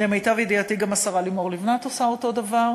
למיטב ידיעתי, גם השרה לימור לבנת עושה אותו דבר,